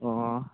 ꯑꯣ